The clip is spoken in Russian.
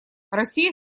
россия